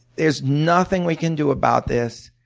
there's nothing we can do about this.